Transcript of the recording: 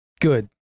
Good